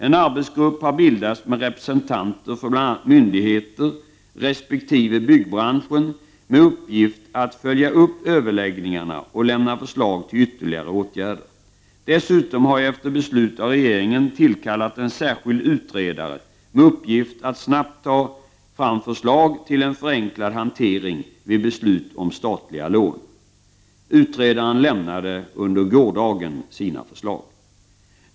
En arbetsgrupp har bildats med representanter från bl.a. myndigheter och byggbranschen med uppgift att följa upp överläggningarna och lämna förslag till ytterligare åtgärder. Dessutom har jag efter beslut av regeringen tillkallat en särskild utredare med uppgift att snabbt ta fram förslag till en förenklad hantering vid beslut om statliga lån. Utredaren lämnade sina förslag under gårdagen.